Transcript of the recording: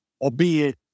albeit